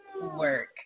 work